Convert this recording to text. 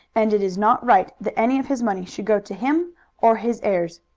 and it is not right that any of his money should go to him or his heirs.